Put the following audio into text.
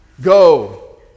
go